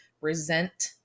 resent